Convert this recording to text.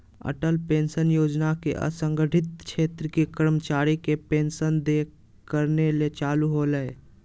Atal pension योजना के असंगठित क्षेत्र के कर्मचारी के पेंशन देय करने ले चालू होल्हइ